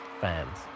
fans